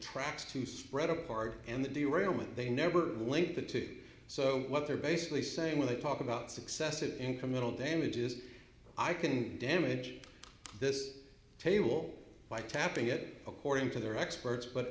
tracks to spread apart and the dram and they never link the two so what they're basically saying when they talk about successive incremental damages i can damage this table by tapping it according to their experts but